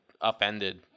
upended